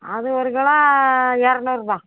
அது ஒரு கிலோ இரநூறுபா